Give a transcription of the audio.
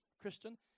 Christian